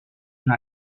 una